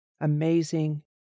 amazing